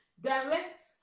direct